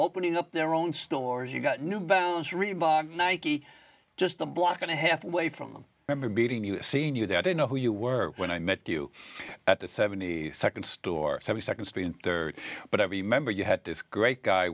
opening up their own stores you've got new balance reebok nike just a block and a half away from member beating you seen you there i don't know who you were when i met you at the seventy second store seventy second street but i remember you had this great guy